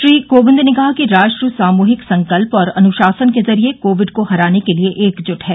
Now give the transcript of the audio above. श्री कोविंद ने कहा कि राष्ट्र सामूहिक संकल्प और अनुशासन के जरिये कोविड को हराने के लिए एकजुट है